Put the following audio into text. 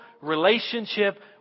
relationship